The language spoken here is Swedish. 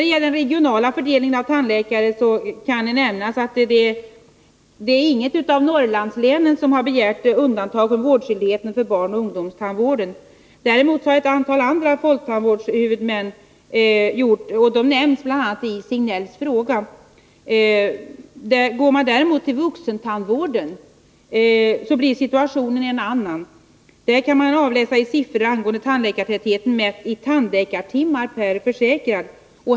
Vad gäller den regionala fördelningen av tandläkare kan nämnas att inget av Norrlandslänen har begärt undantagande från vårdskyldigheten för barnoch ungdomstandvården. Det har däremot ett antal andra folktandvårdshuvudmän gjort; en del av dem nämns i Sven-Gösta Signells fråga. Går man däremot till vuxentandvården blir situationen en annan. Detta kan man avläsa i siffrorna angående tandläkartätheten mätt i tandläkartimmar per försäkrad.